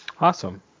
Awesome